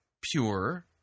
pure